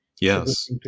Yes